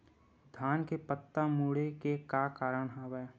धान के पत्ता मुड़े के का कारण हवय?